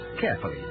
carefully